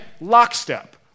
lockstep